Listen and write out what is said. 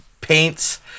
paints